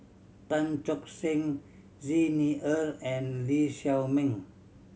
Tan Tock Seng Xi Ni Er and Lee Shao Meng